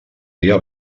dia